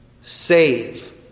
save